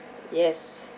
yes